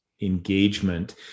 engagement